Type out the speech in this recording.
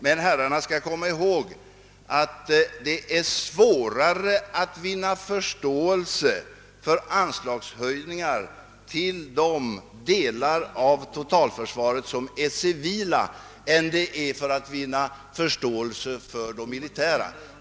Men herrarna skall komma ihåg att det är svårare att vinna förståelse för anslagshöjningar till de civila delarna av totalförsvaret än det är att vinna förståelse för de militära.